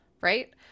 right